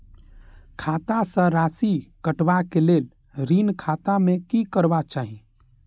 खाता स राशि कटवा कै लेल ऋण खाता में की करवा चाही?